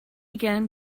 again